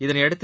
இதனையடுத்து